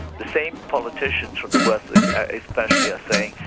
the same politicians from the west like especially are saying,